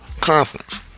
conference